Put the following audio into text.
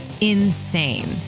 insane